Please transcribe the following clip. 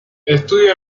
estudió